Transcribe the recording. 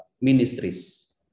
ministries